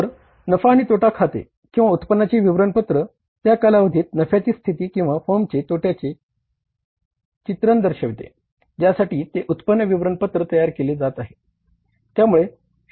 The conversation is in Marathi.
तर नफा आणि तोटा खाते किंवा उत्पन्नाचे विवरणपत्र त्या कालावधीत नफ्याची स्थिती किंवा फर्मचे तोट्याचे चित्रण दर्शविते ज्यासाठी ते उत्पन्न विवरणपत्र तयार केले जात आहे